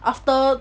after